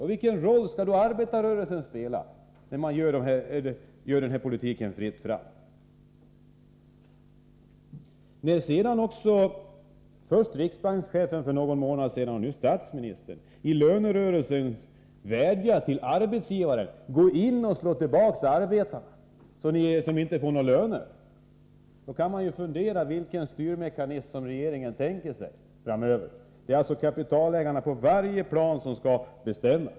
Och vilken roll skall arbetarrörelsen spela när man ger den här politiken fritt fram? Först har riksbankschefen, för någon månad sedan, och nu statsministern vädjat till arbetsgivarna i samband med lönerörelsen: Slå tillbaka arbetarna, så att de inte får högre löner. Då kan man fundera på vilken styrmekanism som regeringen tänker sig framöver. På varje plan är det kapitalägarna som skall bestämma.